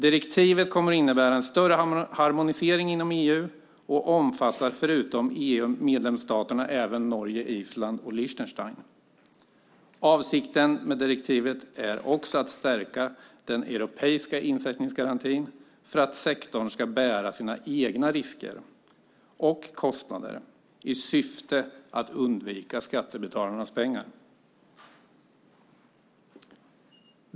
Direktivet kommer att innebära en större harmonisering inom EU och omfattar förutom EU-medlemsstaterna även Norge, Island och Liechtenstein. Avsikten med direktivet är också att stärka den europeiska insättningsgarantin för att sektorn ska bära sina egna risker och kostnader i syfte att undvika att riskera skattebetalarnas pengar.